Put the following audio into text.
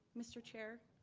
mr. chair,